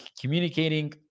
communicating